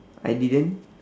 I didn't